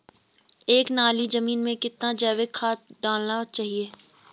एक नाली जमीन में कितना जैविक खाद डालना चाहिए?